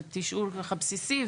הליך של תשאול בסיסי.